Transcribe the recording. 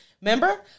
Remember